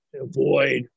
avoid